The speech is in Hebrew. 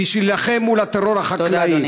בשביל להילחם מול הטרור החקלאי,